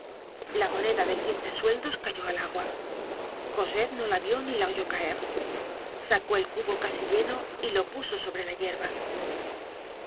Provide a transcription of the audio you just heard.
la moneda de quince sueldos cayó al agua cosette no la vió ni la oyó caer sacó el cubo casi lleno y lo puso sobre la yerba